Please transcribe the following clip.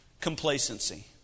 Complacency